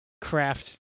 Craft